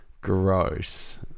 Gross